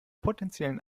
potenziellen